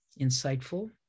insightful